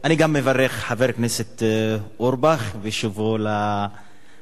אני מברך את חבר הכנסת אורבך עם שובו לכנסת.